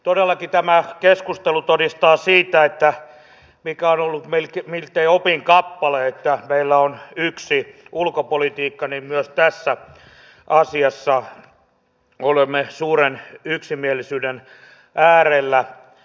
todellakin tämä keskustelu todistaa siitä mikä on ollut miltei opinkappale että meillä on yksi ulkopolitiikka ja myös tässä asiassa olemme suuren yksimielisyyden äärellä